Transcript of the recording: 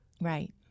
Right